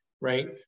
right